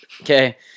Okay